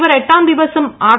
ഇവർ എട്ടാം ദിവസം ആർ